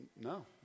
no